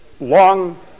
long